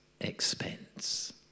Expense